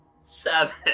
Seven